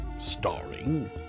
Starring